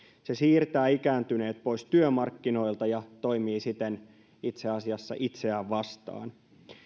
se siirtää ikääntyneet pois työmarkkinoilta ja toimii siten itse asiassa itseään vastaan